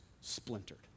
splintered